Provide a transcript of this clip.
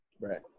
Right